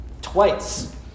twice